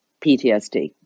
PTSD